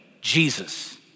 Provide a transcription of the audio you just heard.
Jesus